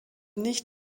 nicht